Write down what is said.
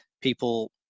people